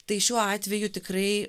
tai šiuo atveju tikrai